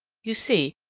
you see,